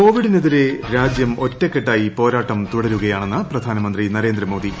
കോവിഡിനെതിരെ രാജ്യം ഒറ്റക്കെട്ടായി പോരാടുകയാണെന്ന് പ്രധാനമന്ത്രി നരേന്ദ്രമോദി